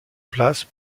place